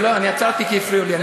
אני עצרתי כי הפריעו לי.